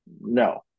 No